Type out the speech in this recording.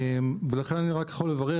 לכן אני יכול לברך,